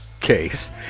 case